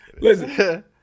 Listen